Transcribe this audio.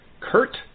Kurt